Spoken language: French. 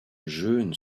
jeunes